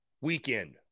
weekend